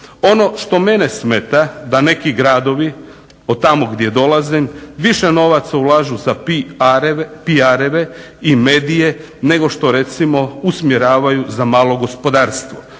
Ono što mene smeta da neki gradovi od tamo gdje dolazim više novaca ulažu sa PR-reve i medije nego što recimo usmjeravaju za malo gospodarstvo,